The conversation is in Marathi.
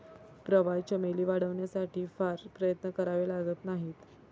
प्रवाळ चमेली वाढवण्यासाठी फार प्रयत्न करावे लागत नाहीत